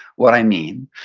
what i mean,